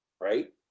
right